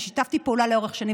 כי שיתפתי פעולה לאורך שנים,